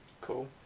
Cool